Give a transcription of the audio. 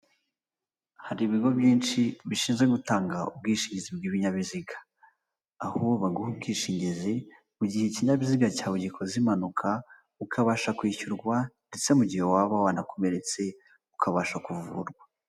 Hari ibigo byinshi bishinzwe gutanga ubwishingizi bw'ibinyabiziga, aho baguha ubwishingizi mu gihe ikinyabiziga cyawe gikoze impanuka ukabasha kwishyurwa ndetse mu gihe waba wanakomeretse ukabasha kuvurwa.